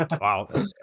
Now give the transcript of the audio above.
wow